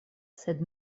sed